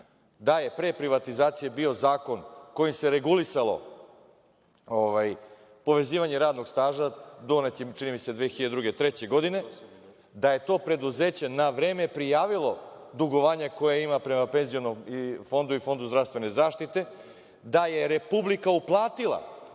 da je pre privatizacije bio zakon kojim se regulisalo povezivanje radnog staža, donet je, čini mi se 2002, 2003. godine, da je to preduzeće na vreme prijavilo dugovanje koje ima prema penzionom fondu i Fondu zdravstven zaštite, da je Republika uplatila